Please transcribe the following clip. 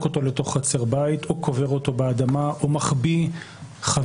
אותם לתוך חצר בית או קובר אותו באדמה או מחביא חבילה